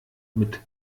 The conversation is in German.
mit